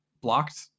blocked